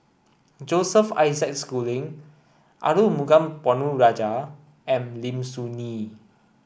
Joseph Isaac Schooling Arumugam Ponnu Rajah and Lim Soo Ngee